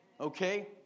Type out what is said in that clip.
okay